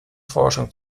forschung